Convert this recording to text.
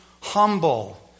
humble